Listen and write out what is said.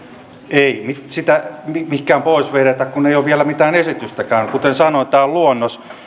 ei sitä mihinkään pois vedetä kun ei ole vielä mitään esitystäkään kuten sanoin tämä on luonnos